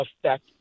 affect